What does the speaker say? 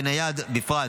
ונייד בפרט.